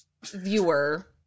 viewer